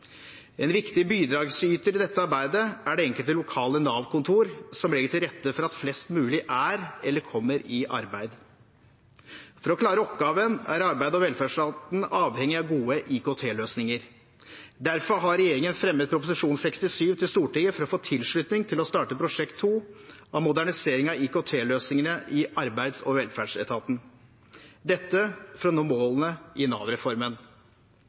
En viktig bidragsyter i dette arbeidet er det enkelte lokale Nav-kontor som legger til rette for at flest mulig er eller kommer i arbeid. For å klare oppgaven er Arbeids- og velferdsetaten avhengig av gode IKT-løsninger. Derfor har regjeringen fremmet Prop. 67 S til Stortinget for å få tilslutning til å starte Prosjekt 2 av modernisering av IKT-løsningene i Arbeids- og velferdsetaten – dette for å nå målene i